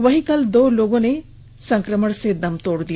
वहीं कल दो लोगों ने संकमण से दम तोड़ दिया